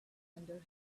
under